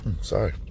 sorry